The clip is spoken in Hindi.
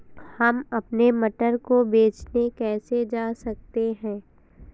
हम अपने मटर को बेचने कैसे जा सकते हैं?